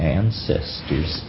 ancestors